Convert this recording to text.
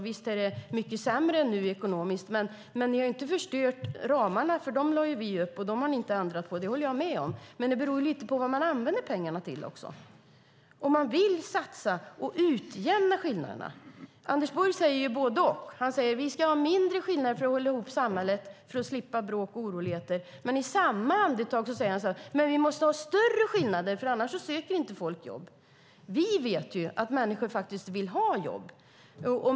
Visst är det mycket sämre nu ekonomiskt, men ni har inte förstört ramarna. Vi lade vi upp ramarna, och ni har inte ändrat på dem. Det håller jag med om. Men det hela beror på vad man använder pengarna till, om man vill satsa för att utjämna skillnaderna. Anders Borg säger både och. Han säger att det ska vara mindre skillnader för att hålla ihop samhället, för att slippa bråk och oroligheter, men i samma andetag säger han att det måste finnas större skillnader eftersom folk annars inte söker jobb. Vi vet att människor vill ha jobb.